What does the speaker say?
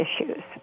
issues